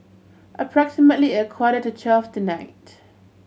approximately a quarter to twelve tonight